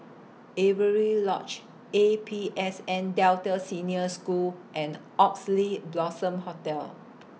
Avery Lodge A P S N Delta Senior School and Oxley Blossom Hotel